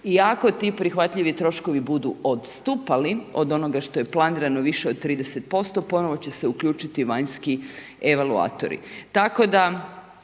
ako ti prihvatljivi troškovi budu odstupali od onoga što je planirano više od 30% ponovno će se uključiti vanjski evakuatori.